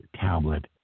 tablet